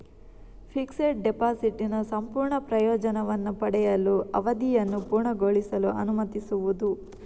fixed ಡೆಪಾಸಿಟಿನ ಸಂಪೂರ್ಣ ಪ್ರಯೋಜನವನ್ನು ಪಡೆಯಲು, ಅವಧಿಯನ್ನು ಪೂರ್ಣಗೊಳಿಸಲು ಅನುಮತಿಸುವುದು